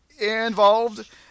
involved